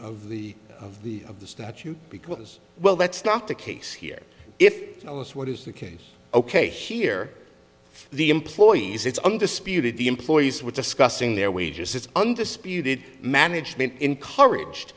of the of the of the statute because well that's not the case here if ellis what is the case ok here are the employees it's undisputed the employees were discussing their wages it's undisputed management encouraged